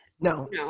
no